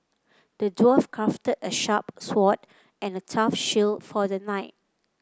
the dwarf crafted a sharp sword and a tough shield for the knight